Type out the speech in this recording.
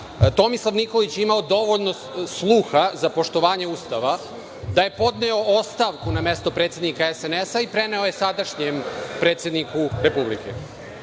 Tomislav Nikolić je imao dovoljno sluha za poštovanje Ustava i podneo je ostavku na mesto predsednika SNS i preneo je sadašnjem predsedniku Republike. Član